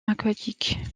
aquatiques